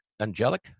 Angelic